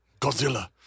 Godzilla